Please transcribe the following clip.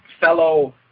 Fellow